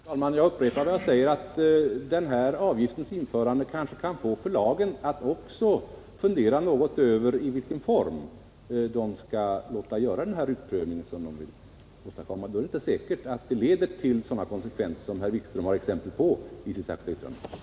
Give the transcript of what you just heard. Herr talman! Jag upprepar vad jag säger, att denna avgifts införande kanske kan få förlagen att fundera något över i vilken form de skall låta göra den utprövning som de vill åstadkomma. Då är det inte säkert att det leder till sådana konsekvenser som herr Wikström har exempel på i sitt särskilda yttrande.